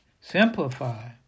simplify